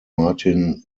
martin